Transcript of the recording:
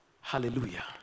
Hallelujah